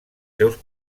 seus